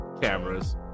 cameras